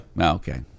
Okay